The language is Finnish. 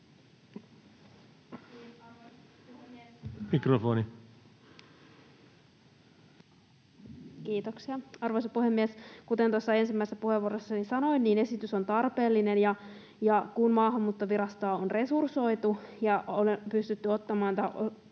suljettuna] Kiitoksia, arvoisa puhemies! Kuten tuossa ensimmäisessä puheenvuorossani sanoin, niin esitys on tarpeellinen, ja kun Maahanmuuttovirastoa on resursoitu ja on pystytty ottamaan tämä